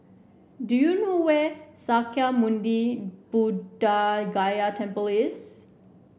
do you know where Sakya Muni Buddha Gaya